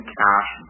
cash